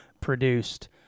produced